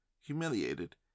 humiliated